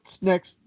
next